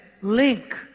link